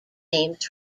names